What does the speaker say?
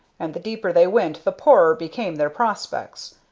and the deeper they went the poorer became their prospects.